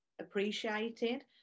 appreciated